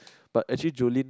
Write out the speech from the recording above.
but actually Julin